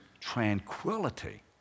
tranquility